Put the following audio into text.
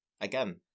again